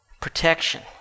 protection